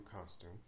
costume